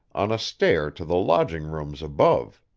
on a stair to the lodging-rooms above.